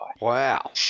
Wow